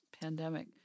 pandemic